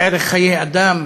ערך חיי אדם,